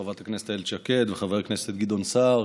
חברת הכנסת איילת שקד וחבר הכנסת גדעון סער,